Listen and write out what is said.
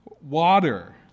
water